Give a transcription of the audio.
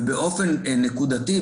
באופן נקודתי,